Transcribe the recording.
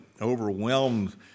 overwhelmed